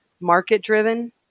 Market-driven